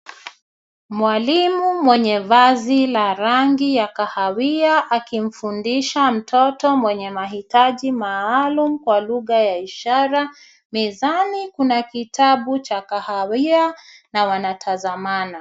Mwalimu mwenye vazi la rangi ya kahawia akimfundisha mtoto mwenye mahitaji maalum kwa lugha ya ishara. Mezani kuna kitabu cha kahawia na wanatazamana.